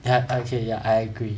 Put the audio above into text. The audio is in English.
ya okay I agree